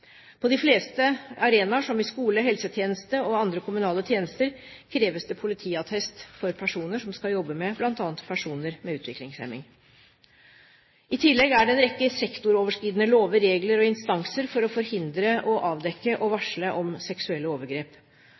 På de fleste arenaer, som i skole, helsetjeneste og andre kommunale tjenester, kreves det politiattest for personer som skal jobbe med bl.a. personer med utviklingshemming. I tillegg er det en rekke sektoroverskridende lover, regler og instanser for å forhindre, avdekke og varsle om seksuelle overgrep.